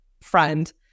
friend